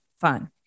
fun